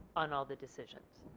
on all the decisions,